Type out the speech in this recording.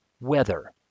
Weather